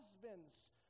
husbands